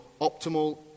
optimal